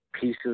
pieces